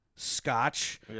Scotch